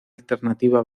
alternativa